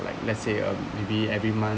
like let's say uh maybe every month